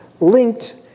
linked